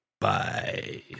Bye